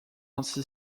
ainsi